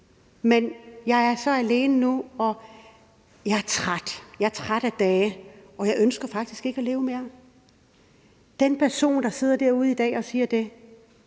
men jeg er så alene nu, og jeg er træt og mæt af dage, og jeg ønsker faktisk ikke at leve mere. Hvis en person, der sidder derude og siger det